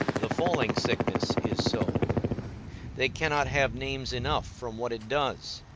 the falling sickness is so they cannot have names enough, from what it does,